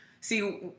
See